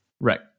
Right